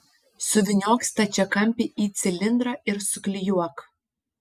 suvyniok stačiakampį į cilindrą ir suklijuok